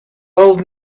old